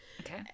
Okay